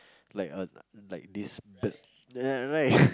like uh like this the uh right